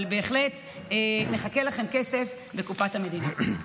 אבל בהחלט מחכה לכם כסף בקופת המדינה.